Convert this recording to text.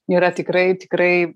yra tikrai tikrai